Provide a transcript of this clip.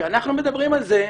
כשאנחנו מדברים על זה,